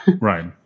Right